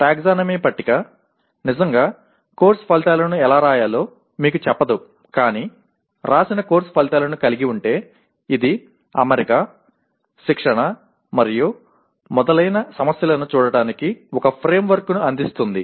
taxonomy పట్టిక నిజంగా course ఫలితాలను ఎలా వ్రాయాలో మీకు చెప్పదు కానీ వ్రాసిన కోర్సు ఫలితాలను కలిగి ఉంటే ఇది అమరిక శిక్షణ మరియు మొదలైన సమస్యలను చూడటానికి ఒక ఫ్రేమ్వర్క్ను అందిస్తుంది